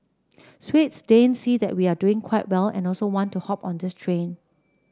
Swedes Danes see that we are doing quite well and also want to hop on this train